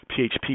PHP